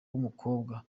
w’umukobwa